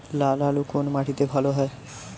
লাল আলু কোন মাটিতে ভালো হয়?